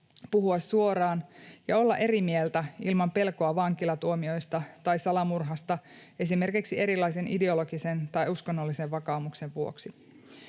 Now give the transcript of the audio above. puhua suoraan ja olla eri mieltä ilman pelkoa vankilatuomioista tai salamurhasta esimerkiksi erilaisen ideologisen tai uskonnollisen vakaumuksen vuoksi.